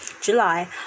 July